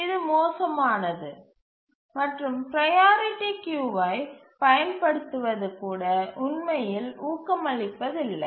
இது மோசமானது மற்றும் ப்ரையாரிட்டி கியூவை பயன்படுத்துவது கூட உண்மையில் ஊக்கமளிப்பதில்லை